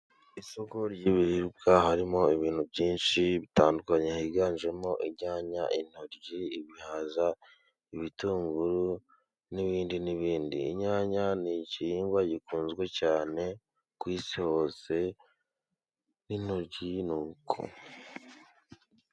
Isoko ry'ibiribwa harimo ibintu byinshi bitandukanye higanjemo injyanya intoryi, ibihaza, ibitunguru n'ibindi n'ibindi inyanya ni igihingwa gikunzwe cyane ku isi hose n'intoki n'uko.